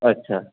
अच्छा